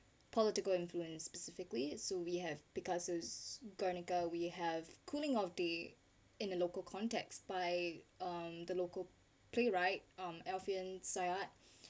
political influence specifically so we have because picasso guernica we have cooling of the in the local context by um the local playwright alfian sa'at